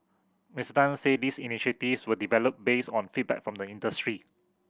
Miss Tan say these initiatives were developed based on feedback from the industry